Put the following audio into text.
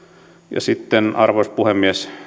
ja sitten arvoisa puhemies